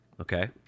Okay